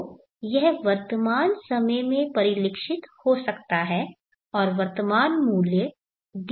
तो यह वर्तमान समय में परिलक्षित हो सकता है और वर्तमान मूल्य D1f1i है